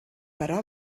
però